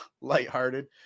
lighthearted